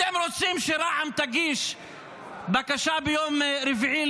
אתם רוצים שרע"מ תגיש בקשה ביום רביעי